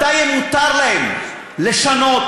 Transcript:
מתי מותר להם לשנות,